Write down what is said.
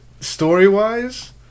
story-wise